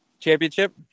championship